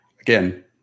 Again